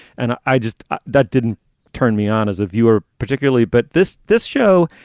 and i just that didn't turn me on as a viewer particularly. but this this show,